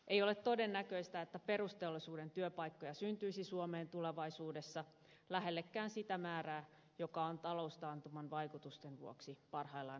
ei ole todennäköistä että perusteollisuuden työpaikkoja syntyisi suomeen tulevaisuudessa lähellekään sitä määrää joka on taloustaantuman vaikutusten vuoksi parhaillaan häviämässä